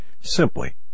simply